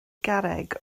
garreg